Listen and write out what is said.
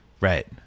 right